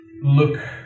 Look